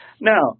Now